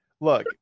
look